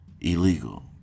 illegal